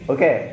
Okay